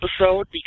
episode